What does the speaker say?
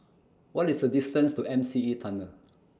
What IS The distance to M C E Tunnel